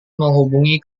menghubungi